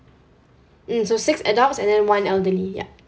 mm so six adults and then one elderly ya